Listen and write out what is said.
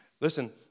Listen